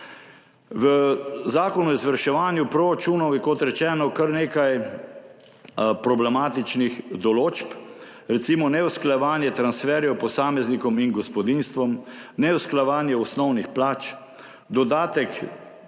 V zakonu o izvrševanju proračunov je, kot rečeno, kar nekaj problematičnih določb, recimo, neusklajevanje transferjev posameznikom in gospodinjstvom, neusklajevanje osnovnih plač, dodatek